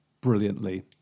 brilliantly